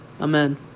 Amen